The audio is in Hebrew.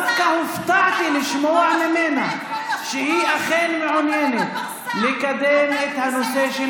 דווקא הופתעתי לשמוע ממנה שהיא אכן מעוניינת לקדם את הנושא של